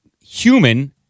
human